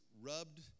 rubbed